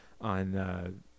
on